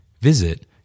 Visit